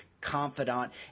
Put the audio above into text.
confidant